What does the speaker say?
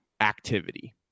activity